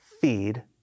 feed